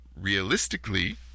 realistically